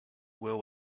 well